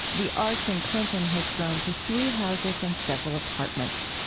the arch in clinton has grown to three houses and several apartments.